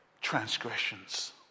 transgressions